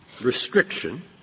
restriction